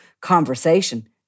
conversation